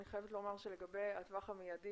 אני חייבת לומר שלגבי הטווח המיידי